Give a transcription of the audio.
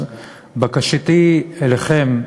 אז בקשתי אליכם,